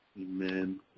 Amen